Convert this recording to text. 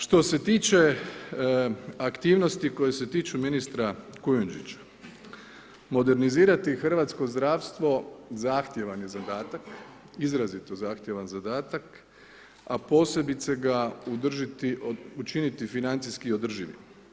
Što se tiče aktivnosti koje se tiču ministra Kujundžića, modernizirati hrvatsko zdravstvo zahtjevan je zadatak, izrazito zahtjevan zadatak a posebice ga učiniti financijski održivim.